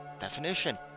definition